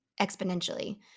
exponentially